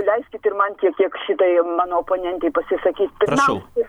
leiskit ir man tiek kiek šitai mano oponentei pasisakyt pirmiausia